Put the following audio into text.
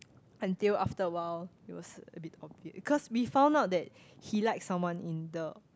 until after a while it was a bit obvious cause we found out that he likes someone in the